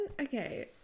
okay